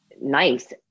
nice